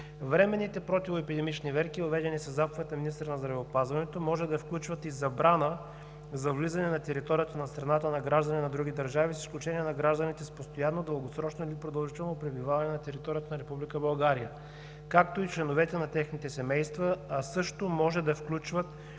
Временните противоепидемични мерки, въведени със заповед на министъра на здравеопазването, може да включват и забрана за влизане на територията на страната на граждани на други държави, с изключение на гражданите с постоянно, дългосрочно или продължително пребиваване на територията на Република България, както и членовете на техните семейства, а също може да включват